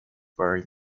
bury